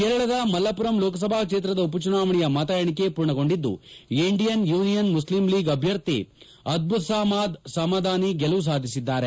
ಕೇರಳದ ಮಲ್ಲಪುರಂ ಲೋಕಸಭಾ ಕ್ಷೇತ್ರದ ಉಪಚುನಾವಣೆಯ ಮತ ಎಣಿಕೆ ಪೂರ್ಣಗೊಂಡಿದ್ದು ಇಂಡಿಯನ್ ಯೂನಿಯನ್ ಮುಸ್ಲಿಂ ಲೀಗ್ ಅಭ್ಯರ್ಥಿ ಅದ್ದುಸ್ಲಮಾದ್ ಸಮದಾನಿ ಗೆಲುವು ಸಾಧಿಸಿದ್ದಾರೆ